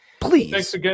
Please